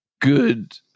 good